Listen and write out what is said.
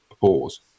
Pause